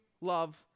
love